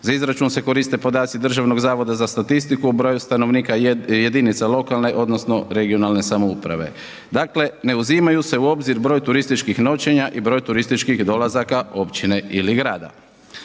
za izračun se koriste podaci Državnog zavoda za statistiku o broju stanovnika jedinica lokalne odnosno regionalne samouprave. Dakle ne uzimaju se u obzir broj turističkih noćenja i broj turističkih dolazaka općine ili grada.